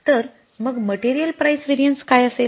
तर मग material price variance काय असेल